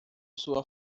sua